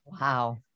Wow